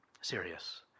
serious